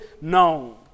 known